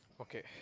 Okay